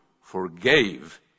forgave